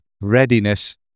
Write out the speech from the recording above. readiness